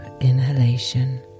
inhalation